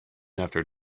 after